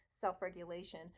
self-regulation